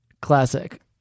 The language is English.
Classic